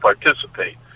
participate